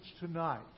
tonight